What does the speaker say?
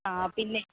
ആ പിന്നേയ്